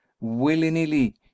Willy-nilly